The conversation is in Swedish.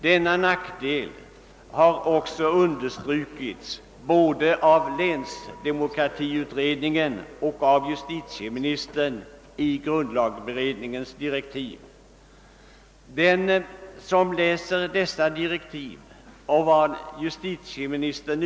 Denna nackdel har också understrukits både av länsdemokratiutredningen och i justitieministerns direktiv till grundlagberedningen. Den som läser dessa direktiv och vad justitieministern.